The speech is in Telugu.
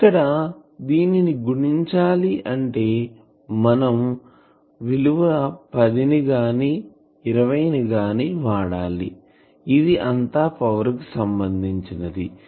ఇక్కడ దీనిని గుణించాలి అంటే మనం 10 గాని 20 గాని వాడాలి ఇది అంతా పవర్ కి సంబంధించినది